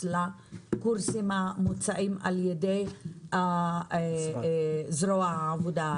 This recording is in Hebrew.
לקורסים המוצעים על ידי זרוע העבודה,